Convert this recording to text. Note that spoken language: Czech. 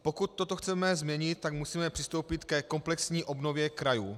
Pokud toto chceme změnit, musíme přistoupit ke komplexní obnově krajů.